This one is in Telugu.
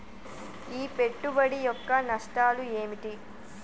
ఈ పెట్టుబడి యొక్క నష్టాలు ఏమిటి?